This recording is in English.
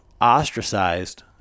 ostracized